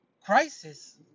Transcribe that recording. crisis